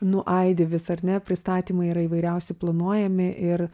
nuaidi vis ar ne pristatymai yra įvairiausi planuojami ir